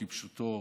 כפשוטו.